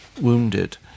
wounded